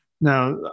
Now